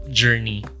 journey